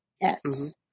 Yes